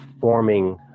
forming